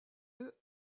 œufs